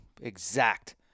Exact